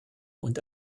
und